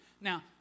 Now